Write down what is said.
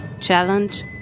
challenge